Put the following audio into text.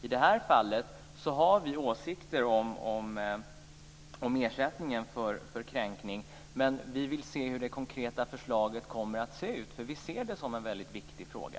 I det här fallet har vi åsikter om ersättningen för kränkning, men vi vill se hur det konkreta förslaget kommer att se ut. Vi ser det som en väldigt viktig fråga.